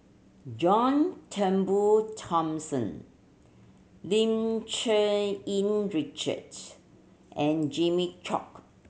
John Turnbull Thomson Lim Cherng Yih Richard and Jimmy Chok